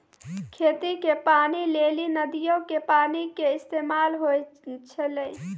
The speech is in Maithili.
खेती के पानी लेली नदीयो के पानी के इस्तेमाल होय छलै